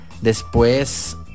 después